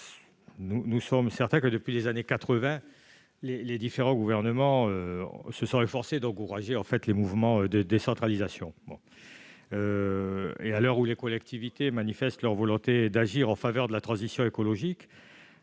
à M. Guy Benarroche. Depuis les années 1980, les différents gouvernements se sont efforcés d'encourager les mouvements de décentralisation. À l'heure où les collectivités manifestent leur volonté d'agir en faveur de la transition écologique